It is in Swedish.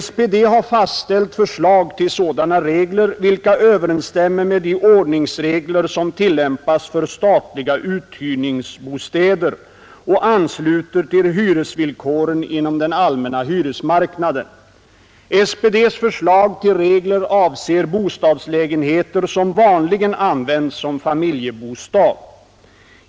SPD har fastställt förslag till sådana regler, vilka överensstämmer med de ordningsregler, som tillämpas för statliga uthyrningsbostäder, och ansluter till hyresvillkoren inom den allmänna hyresmarknaden. SPD's förslag till regler avser bostadslägenheter som vanligen används som familjebostad.